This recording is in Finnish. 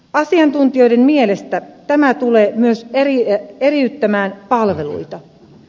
asiantuntijoiden mielestä tämä tulee myös eriyttämään palveluita